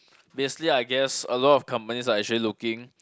basically I guess a lot of companies are actually looking